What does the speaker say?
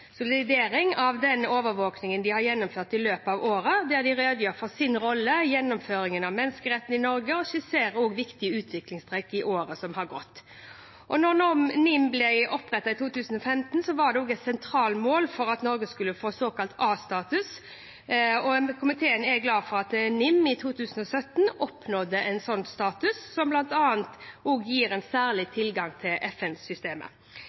av den overvåkningen de har gjennomført i løpet av året, der de redegjør for sin rolle og gjennomføringen av menneskerettene i Norge og skisserer viktige utviklingstrekk i året som har gått. Da NIM ble opprettet i 2015, var det et sentralt mål at Norge skulle få såkalt A-status. Komiteen er glad for at NIM i 2017 oppnådde en slik status, som bl.a. gir en særlig